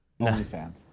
OnlyFans